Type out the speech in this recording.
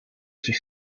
sich